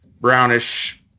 brownish